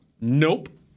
Nope